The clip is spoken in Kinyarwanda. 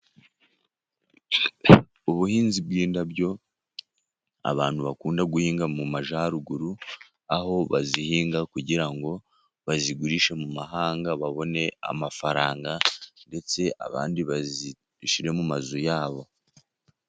Ubuhinzi bw'indabyo abantu bakunda guhinga mu Majyaruguru, aho bazihinga kugira ngo bazigurishe mu mahanga babone amafaranga, ndetse abandi bazishyire mu mazu ya bo.